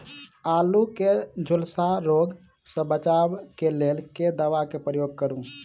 आलु केँ झुलसा रोग सऽ बचाब केँ लेल केँ दवा केँ प्रयोग करू?